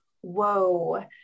whoa